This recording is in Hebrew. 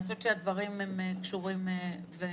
אני חושבת שהדברים קשורים ומחוברים.